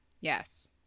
Yes